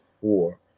four